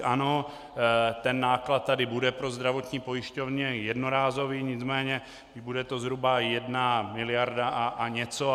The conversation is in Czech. Ano, ten náklad tady bude, pro zdravotní pojišťovny je jednorázový, nicméně bude to zhruba jedna miliarda a něco.